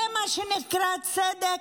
זה מה שנקרא צדק?